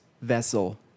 vessel